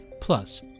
Plus